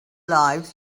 lives